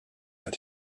that